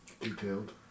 Detailed